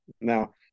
Now